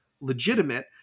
legitimate